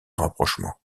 rapprochement